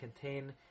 contain